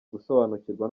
gusobanukirwa